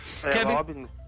Kevin